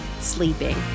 Sleeping